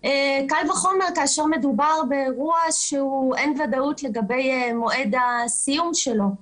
קל וחומר כאשר מדובר באירוע שאין ודאות לגבי מועד הסיום שלו.